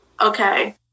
okay